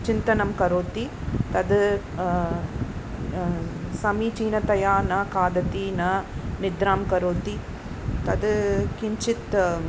चिन्तनं करोति तद् समीचीनतया न खादति न निद्रां करोति तद् किञ्चित्